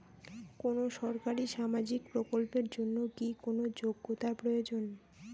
কোনো সরকারি সামাজিক প্রকল্পের জন্য কি কোনো যোগ্যতার প্রয়োজন?